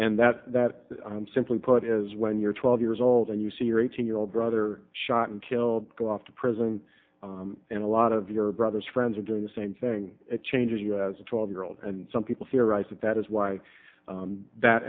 and that that simply put is when you're twelve years old and you see your eighteen year old brother shot and killed go off to prison and a lot of your brother's friends are doing the same thing it changes you as a twelve year old and some people theorize that that is why that